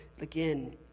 again